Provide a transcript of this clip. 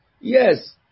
Yes